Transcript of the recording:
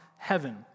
Heaven